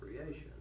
creation